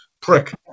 prick